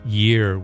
year